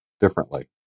differently